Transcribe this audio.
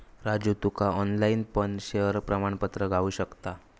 राजू तुका ऑनलाईन पण शेयर प्रमाणपत्र गावु शकता